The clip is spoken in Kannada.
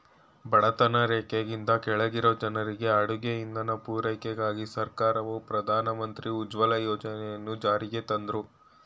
ಬಡತನ ರೇಖೆಗಿಂತ ಕೆಳಗಿರೊ ಜನ್ರಿಗೆ ಅಡುಗೆ ಇಂಧನ ಪೂರೈಕೆಗಾಗಿ ಸರ್ಕಾರವು ಪ್ರಧಾನ ಮಂತ್ರಿ ಉಜ್ವಲ ಯೋಜನೆಯನ್ನು ಜಾರಿಗ್ತಂದ್ರು